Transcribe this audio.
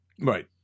Right